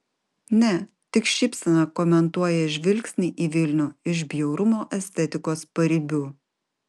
ne tik šypsena komentuoja žvilgsnį į vilnių iš bjaurumo estetikos paribių